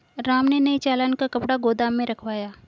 राम ने नए चालान का कपड़ा गोदाम में रखवाया